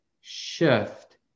shift